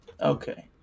okay